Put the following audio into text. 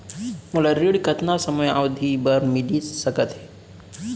मोला ऋण कतना समयावधि भर मिलिस सकत हे?